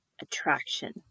attraction